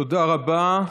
תודה רבה.